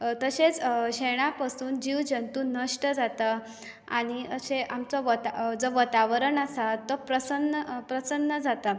तशेंच शेणा पसून जीव जंतू नश्ट जाता आनी अशें आमचो जो वतावरण आसा तो प्रसन्न प्रसन्न जाता